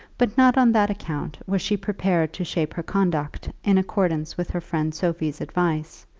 but not on that account was she prepared to shape her conduct in accordance with her friend sophie's advice,